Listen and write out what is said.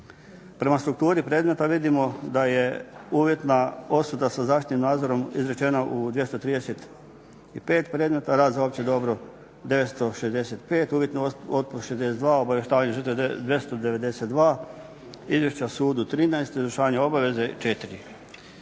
Prema strukturi predmeta vidimo da je uvjetna osuda za zaštitnim nadzorom izrečena u 235 predmeta, rad za opće dobro 965, uvjetni otpust 62, obavještavanje žrtve 292, izvješća sudu 13, izvršavanje obaveze 4.